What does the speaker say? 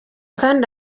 kandi